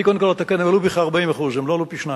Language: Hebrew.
אני קודם כול אתקן: הם עלו בכ-40%; הם לא עלו פי-שניים.